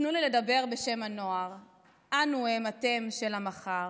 "תנו לי לדבר בשם הנוער / אנו הם אתם של המחר.